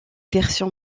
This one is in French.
version